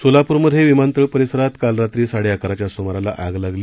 सोलापूरमध्ये विमानतळ परिसरात काल रात्री साडे अकराच्या सुमाराला आग लागली